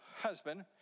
husband